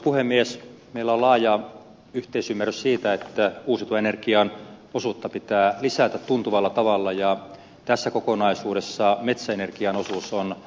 meillä on laaja yhteisymmärrys siitä että uusiutuvan energian osuutta pitää lisätä tuntuvalla tavalla ja tässä kokonaisuudessa metsäenergian osuus on ratkaisevan tärkeä